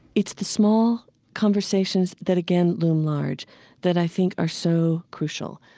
it's the small conversations that again loom large that i think are so crucial,